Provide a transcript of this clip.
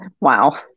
Wow